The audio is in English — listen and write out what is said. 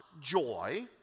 joy